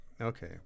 Okay